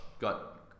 got